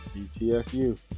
BTFU